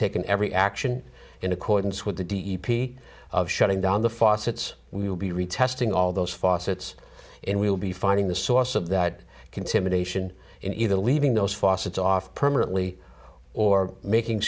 taken every action in accordance with the d e p of shutting down the faucets we will be retesting all those faucets and we will be finding the source of that consideration in either leaving those faucets off permanently or making